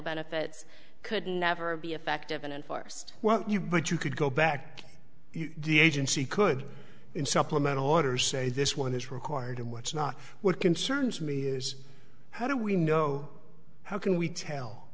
benefits could never be effective and enforced well you but you could go back to the agency could in supplement orders say this one is required and what's not what concerns me is how do we know how can we tell